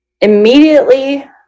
immediately